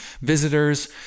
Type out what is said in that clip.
visitors